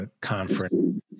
Conference